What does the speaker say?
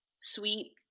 sweet